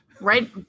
right